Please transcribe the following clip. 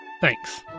Thanks